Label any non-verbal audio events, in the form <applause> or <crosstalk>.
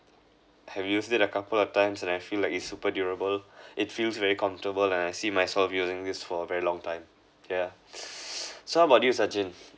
have used it a couple of times and I feel like it's super durable it feels very comfortable and I see my sort of using this for a very long time yeah <noise> so how about you Sachin